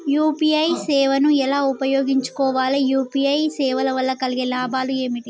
UPI సేవను ఎలా ఉపయోగించు కోవాలి? యూ.పీ.ఐ సేవల వల్ల కలిగే లాభాలు ఏమిటి?